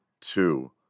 two